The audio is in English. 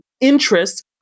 interest